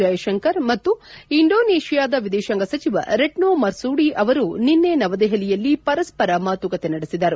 ಜಯಶಂಕರ್ ಮತ್ತು ಇಂಡೋನೇಷ್ನಾದ ವಿದೇಶಾಂಗ ಸಚಿವ ರೆಟ್ನೋ ಮರ್ಸೂಡಿ ಅವರು ನಿನ್ನೆ ನವದೆಪಲಿಯಲ್ಲಿ ಪರಸ್ವರ ಮಾತುಕತೆ ನಡೆಸಿದರು